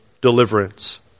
deliverance